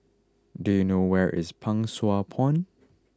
do you know where is Pang Sua Pond